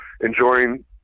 enjoying